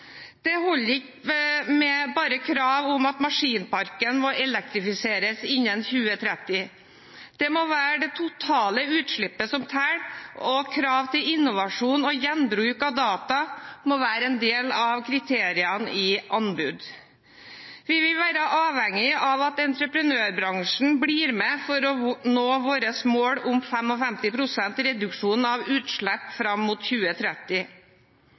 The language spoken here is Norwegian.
Det holder ikke bare med krav om at maskinparken må elektrifiseres innen 2030. Det må være det totale utslippet som teller, og krav til innovasjon og gjenbruk av data må være en del av kriteriene i anbud. Vi vil være avhengig av at entreprenørbransjen blir med for å nå vårt mål om 55 pst. reduksjon av utslipp fram mot 2030.